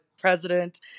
president